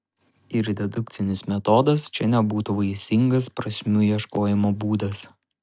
ir dedukcinis metodas čia nebūtų vaisingas prasmių ieškojimo būdas